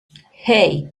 hey